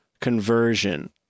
conversion